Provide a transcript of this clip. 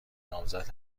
نامزد